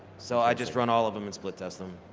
so i just run all of them and split test them.